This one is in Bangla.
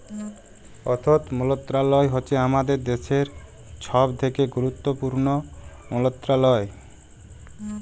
অথ্থ মলত্রলালয় হছে আমাদের দ্যাশের ছব থ্যাকে গুরুত্তপুর্ল মলত্রলালয়